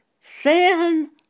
sin